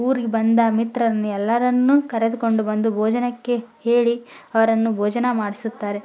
ಊರಿಗೆ ಬಂದ ಮಿತ್ರರನ್ನು ಎಲ್ಲರನ್ನು ಕರೆದುಕೊಂಡು ಬಂದು ಭೋಜನಕ್ಕೆ ಹೇಳಿ ಅವರನ್ನು ಭೋಜನ ಮಾಡಿಸುತ್ತಾರೆ